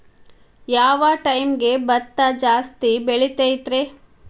ಯಾವ ಟೈಮ್ಗೆ ಭತ್ತ ಜಾಸ್ತಿ ಬೆಳಿತೈತ್ರೇ?